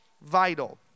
vital